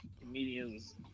comedians